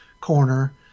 corner